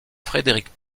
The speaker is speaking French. frédéric